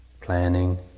planning